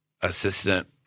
assistant